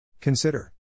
Consider